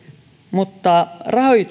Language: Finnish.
mutta